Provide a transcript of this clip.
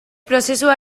prozesua